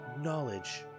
Knowledge